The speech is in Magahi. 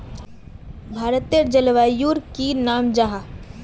भारतेर जलवायुर की नाम जाहा?